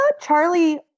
Charlie